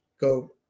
Go